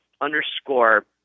Underscore